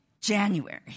January